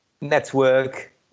network